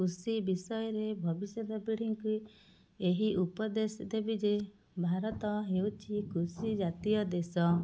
କୃଷି ବିଷୟରେ ଭବିଷ୍ୟତ ପିଢ଼ିଙ୍କୁ ଏହି ଉପଦେଶ ଦେବି ଯେ ଭାରତ ହେଉଛି କୃଷିଜାତୀୟ ଦେଶ